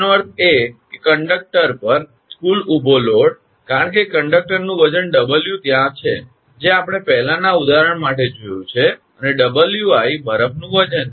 તેનો અર્થ એ કે કંડક્ટર પર કુલ ઊભો લોડ કારણ કે કંડક્ટરનું વજન 𝑊 ત્યાં છે જે આપણે પહેલાનાં ઉદાહરણ માટે જોયું છે અને 𝑊𝑖 બરફનું વજન છે